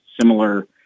similar –